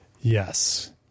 Yes